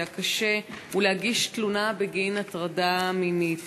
אנחנו עוברים להצעת חוק למניעת הטרדה מינית